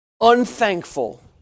unthankful